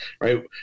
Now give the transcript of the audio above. right